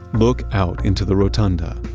look out into the rotunda.